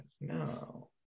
No